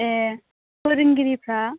ए फोरोंगिरिफ्रा